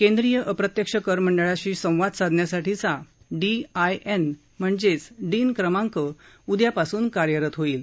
केंद्रीय अप्रत्यक्ष कर मंडळाशी संवाद साधण्यासाठीचा डीन क्रमांक उद्यापासून कार्यरत होईल